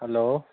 hello